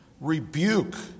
rebuke